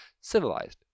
civilized